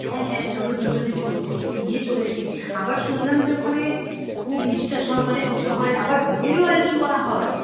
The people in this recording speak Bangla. হ্যাঁ হ্যাঁ চলো দুজনে চ গিয়ে চলে আসি আবার শুনলাম যে ওখানে খুব নিষ্ঠা সহকারে পুজো হয় আবার ভোগেরও আয়োজন করা হয়